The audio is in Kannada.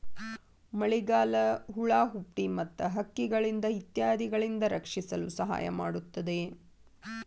ಮಳಿಗಾಳಿ, ಹುಳಾಹುಪ್ಡಿ ಮತ್ತ ಹಕ್ಕಿಗಳಿಂದ ಇತ್ಯಾದಿಗಳಿಂದ ರಕ್ಷಿಸಲು ಸಹಾಯ ಮಾಡುತ್ತದೆ